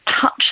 touch